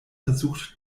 versucht